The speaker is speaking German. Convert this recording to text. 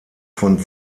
von